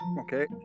okay